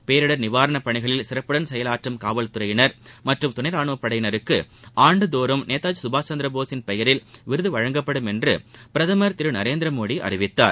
பேரிடர் நிவாரணப் பணிகளில் சிறப்புடன் செயலாற்றும் காவல்துறையினா் மற்றும் துணை ரானுவப்படையினருக்கு ஆண்டுதோறும் நேதாஜி சுபாஷ் சந்திரபோஸ் பெயரில் விருது வழங்கப்படும் என்று பிரதமர் திரு நரேந்திரமோடி அறிவித்தார்